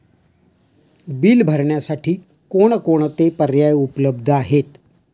Bill भरण्यासाठी कोणकोणते पर्याय उपलब्ध आहेत?